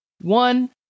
one